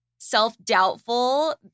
self-doubtful